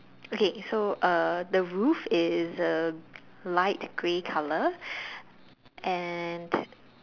okay so uh the roof is uh light grey color and